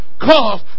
cause